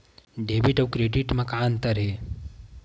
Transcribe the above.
Debit अउ credit म का अंतर हे?